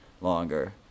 longer